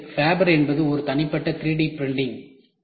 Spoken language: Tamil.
எனவே ஃபேபர் என்பது தனிப்பட்ட 3D பிரிண்டிங்